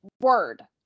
word